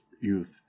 youth